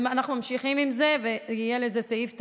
ואנחנו ממשיכים עם זה ויהיה לזה סעיף תקציבי,